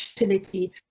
utility